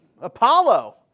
apollo